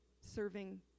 serving